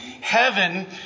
Heaven